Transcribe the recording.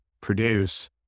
produce